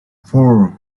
four